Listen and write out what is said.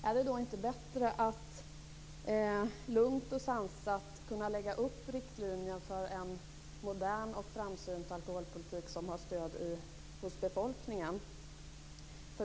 Är det inte bättre att lugnt och sansat lägga upp riktlinjer för en modern och framsynt alkoholpolitik, som har stöd hos befolkningen?